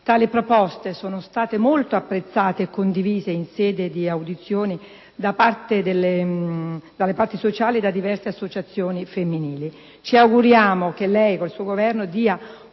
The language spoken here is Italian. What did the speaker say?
Tali proposte sono state molto apprezzate e condivise in sede di audizione dalle parti sociali e da diverse associazioni femminili. Ci auguriamo che lei con il suo Governo dia un chiaro